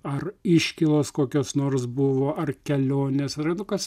ar iškylos kokios nors buvo ar kelionės ar nu kas